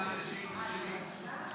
במענה לשאילתה שלי,